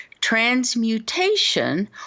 transmutation